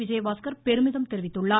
விஜயபாஸ்கர் பெருமிதம் தெரிவித்துள்ளார்